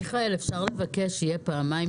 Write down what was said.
מיכאל, אפשר לבקש שיהיו תשובות פעמים?